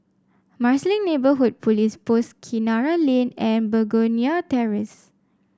Marsiling Neighbourhood Police Post Kinara Lane and Begonia Terrace